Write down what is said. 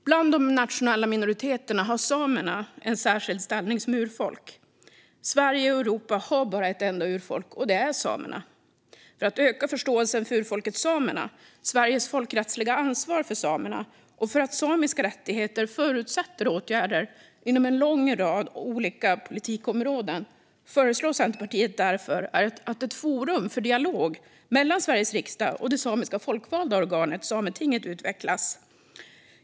Bland de nationella minoriteterna har samerna en särskild ställning som urfolk. Sverige och Europa har bara ett enda urfolk, och det är samerna. För att öka förståelsen för urfolket samerna och Sveriges folkrättsliga ansvar för samerna och för att samiska rättigheter förutsätter åtgärder inom en lång rad politikområden föreslår Centerpartiet att ett forum för dialog mellan Sveriges riksdag och det samiska folkvalda organet Sametinget utvecklas.